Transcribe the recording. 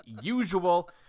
usual